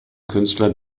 künstler